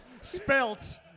Spelt